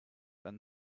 and